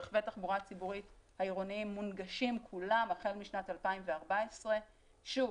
רכבי התחבורה הציבורית העירוניים מונגשים כולם החל משנת 2014. שוב,